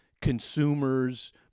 consumers